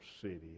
CITY